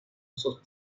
sus